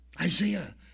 Isaiah